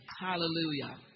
Hallelujah